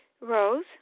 Rose